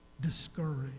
discouraged